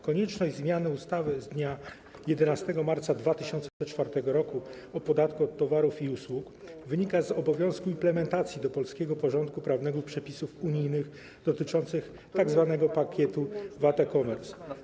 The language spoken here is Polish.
Konieczność zmiany ustawy z dnia 11 marca 2004 r. o podatku od towarów i usług wynika z obowiązku implementacji do polskiego porządku prawnego przepisów unijnych dotyczących tzw. pakietu VAT e-commerce.